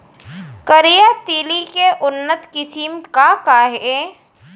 करिया तिलि के उन्नत किसिम का का हे?